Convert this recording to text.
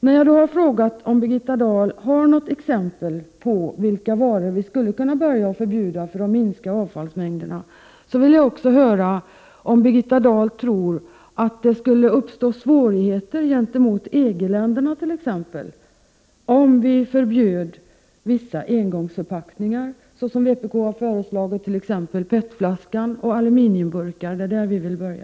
När jag då har fått veta vilka varor som vi enligt Birgitta Dahls mening skulle kunna börja förbjuda för att minska avfallsmängderna vill jag också höra om Birgitta Dahl tror att det skulle uppstå svårigheter t.ex. gentemot EG:länderna om vi förbjöd vissa engångsförpackningar såsom vpk har föreslagit, t.ex. PET-flaskor och aluminiumburkar — det är där vi vill börja.